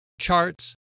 charts